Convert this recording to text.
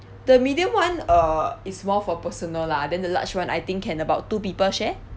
the medium [one] uh is more for personal lah then the large [one] I think can about two people share